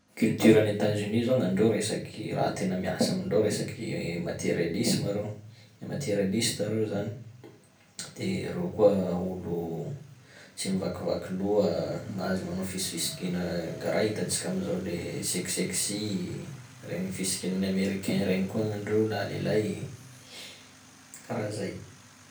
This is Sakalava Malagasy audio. Culture any Etats-Unis zao gn'andreo resaky- raha tena miasa amindreo resaky materialisma reo, le materialiste reo zany, de reo koa olo tsy mivakivaky loha, gn'azy manao fisifisikina karahq hitantsika am'zao le sex-sexy, regny fisikinan'ny Americain regny koa gn'andreo na lehilahy, karaha zay.